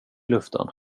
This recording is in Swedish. luften